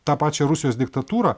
tą pačią rusijos diktatūrą